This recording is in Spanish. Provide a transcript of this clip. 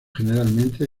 generalmente